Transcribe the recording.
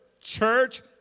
church